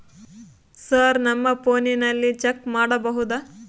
Sir ನಮ್ಮ ಫೋನಿನಲ್ಲಿ check ಮಾಡಬಹುದಾ?